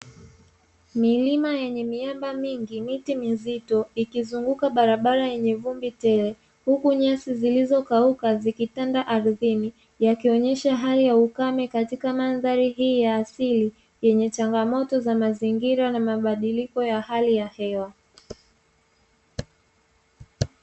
Milima yenye miamba mingi miti mizito likizunguka barabara yenyw vumbi tele, huku nyasi zilizokauka zikitanda aridhini, yakionyesha hali ya ukame katika mandhari hii ya asili, yenye changamoto za mazingira na mabadiliko ya hali ya hewa.